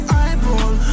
eyeball